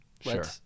Sure